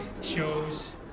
shows